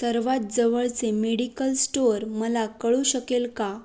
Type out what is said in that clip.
सर्वात जवळचे medical store मला कळू शकेल का